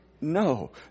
no